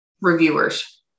reviewers